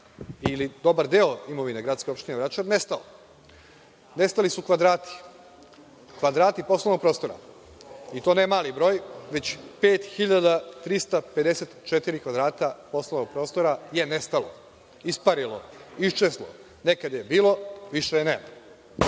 ili dobar deo imovine gradske opštine Vračar nestao. Nestali su kvadrati poslovnog prostora. I to ne mali broj, već 5354 kvadrata poslovnog prostora je nestalo, isparilo. Nekada je bilo, više